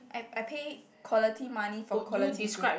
I I pay quality money for quality goods